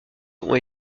ont